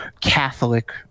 Catholic